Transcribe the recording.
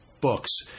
books